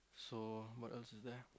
so what else is there